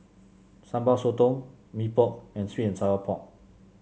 Sambal Sotong Mee Pok and sweet and Sour Pork